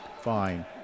Fine